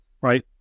right